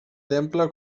temple